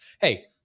Hey